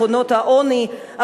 שכונות העוני,